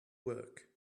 work